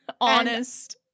honest